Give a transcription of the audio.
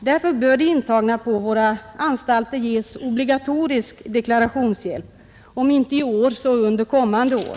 Därför bör de intagna på våra anstalter ges obligatorisk deklarationshjälp, om inte i år så under kommande år.